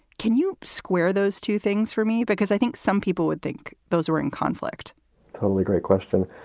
can you square those two things for me? because i think some people would think those were in conflict totally. great question.